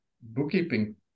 bookkeeping